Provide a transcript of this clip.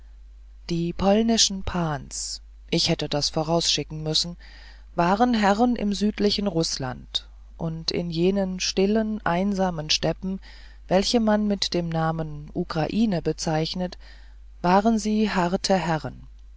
die polnischen pans ich hätte das vorausschicken müssen waren herren im südlichen rußland und in jenen stillen einsamen steppen welche man mit dem namen ukraine bezeichnet sie waren harte herren